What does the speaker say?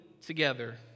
together